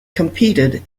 competed